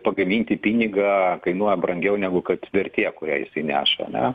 pagaminti pinigą kainuoja brangiau negu kad vertė kurią jisai neša ane